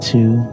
Two